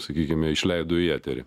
sakykime išleido į eterį